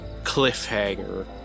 cliffhanger